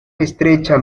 estrecha